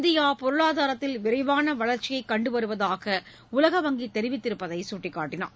India பொருளாதாரத்தில் விரைவான வளர்ச்சியை கண்டு வருவதாக உலக வங்கி தெரிவித்திருப்பதை சுட்டிக்காட்டினார்